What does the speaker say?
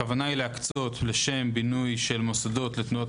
הכוונה היא להקצות לשם בינוי של מוסדות לתנועות